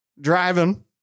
Driving